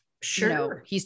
Sure